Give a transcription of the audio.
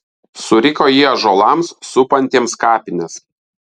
suriko ji ąžuolams supantiems kapines